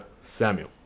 Samuel